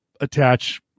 attach